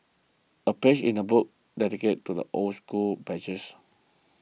a page in the book dedicated to the old school badges